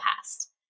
past